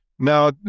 Now